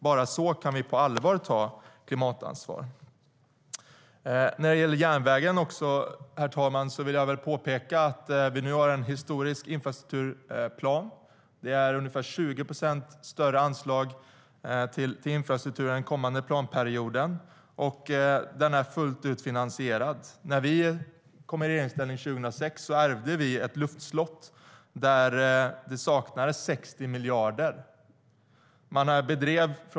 Bara så kan vi på allvar ta klimatansvar. När det gäller järnvägen, herr talman, vill jag påpeka att vi nu har en historisk infrastrukturplan. Det är ungefär 20 procent större anslag till infrastrukturen den kommande planperioden. Den är finansierad fullt ut. När vi kom i regeringsställning 2006 ärvde vi ett luftslott där 60 miljarder saknades.